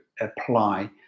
apply